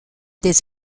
des